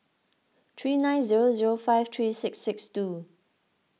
three nine zero zero five three six six two